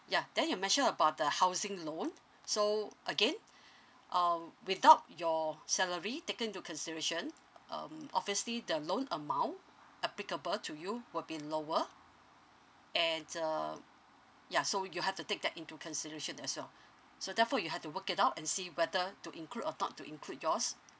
yeah then you mentioned about the housing loan so again uh without your salary taken into consideration um obviously the loan amount applicable to you will be lower and um ya so you have to take that into consideration as well so therefore you have to work it out and see whether to include or not to include yours